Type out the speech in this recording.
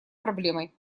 проблемой